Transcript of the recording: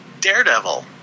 Daredevil